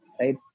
Right